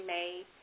made